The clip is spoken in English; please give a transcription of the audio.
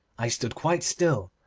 i stood quite still,